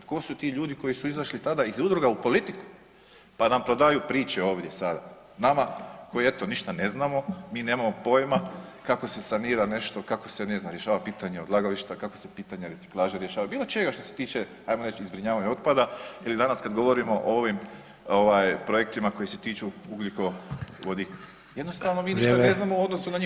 Tko su ti ljudi koji su izašli tada iz udruga u politiku pa nam prodaju priče ovdje sada nama koji eto ništa ne znamo, mi nemamo pojma kako se sanira nešto, kako se ne znam rješava pitanje odlagališta, kako se pitanja reciklaže rješavaju, bilo čega što se tiče hajmo reći i zbrinjavanja otpada ili danas kad govorimo o ovim projektima koji se tiču ugljikovodika [[Upadica Sanader: Vrijeme.]] Jednostavno mi ništa ne znamo u odnosu na njih.